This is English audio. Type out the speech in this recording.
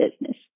business